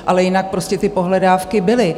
Ale jinak prostě ty pohledávky byly.